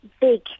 big